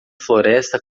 floresta